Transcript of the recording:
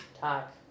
talk